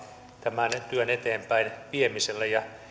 tämän työn eteenpäin viemiselle ja